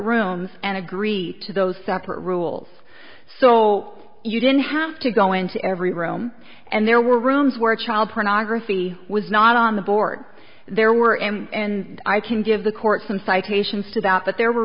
rooms and agree to those separate rules so you didn't have to go into every room and there were rooms where a child pornography was not on on the board there were and i can give the court some citations to about but there were